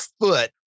foot